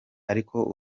ariko